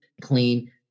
clean